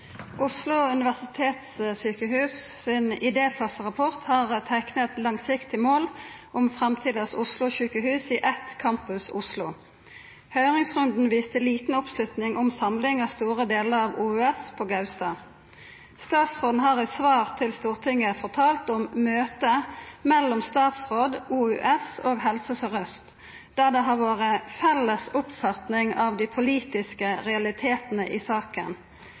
sin Idéfaserapport har teikna eit langsiktig mål av framtidas Oslo-sjukehus i eitt Campus Oslo. Høyringsrunden viste liten oppslutning om samling av store delar av OUS på Gaustad. Statsråden har i svar til Stortinget fortalt om møte mellom statsråd, OUS og Helse Sør-Øst, der det har vore «felles oppfatning av de politiske realitetene i